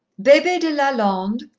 bebee de lalonde!